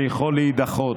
זה יכול להידחות.